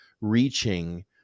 reaching